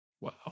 Wow